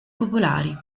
popolari